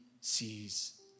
sees